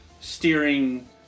steering